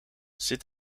zit